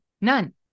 None